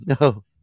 no